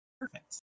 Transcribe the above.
perfect